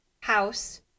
house